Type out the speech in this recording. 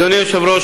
אדוני היושב-ראש,